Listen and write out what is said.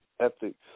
ethics